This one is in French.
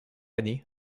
année